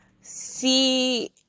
see